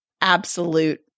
absolute